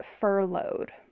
furloughed